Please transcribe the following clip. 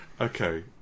Okay